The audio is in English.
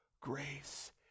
grace